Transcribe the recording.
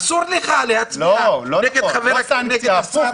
אסור לך להצביע נגד חבר הכנסת --- לא.